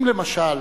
אם למשל